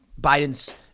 Biden's